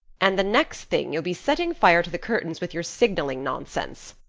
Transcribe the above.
and the next thing you'll be setting fire to the curtains with your signaling nonsense.